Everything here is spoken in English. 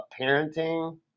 parenting